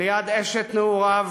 ליד אשת נעוריו